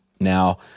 Now